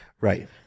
right